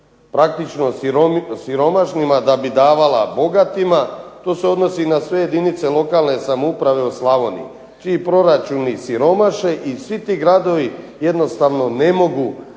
praktično siromašnima da bi davala bogatima. To se odnosi i na sve jedinice lokalne samouprave u Slavoniji čiji proračuni siromaše i svi ti gradovi jednostavno ne mogu